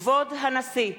כבוד הנשיא!